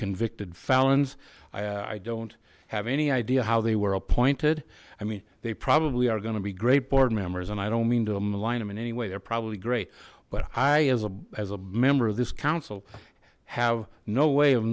convicted felons i i don't have any idea how they were appointed i mean they probably are gonna be great board members and i don't mean to align them in any way they're probably great but i as a as a member of this council have no way of